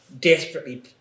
desperately